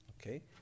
okay